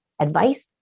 advice